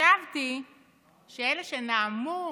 חשבתי שאלה שנאמו